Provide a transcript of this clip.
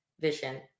vision